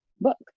book